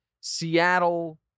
Seattle